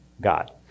God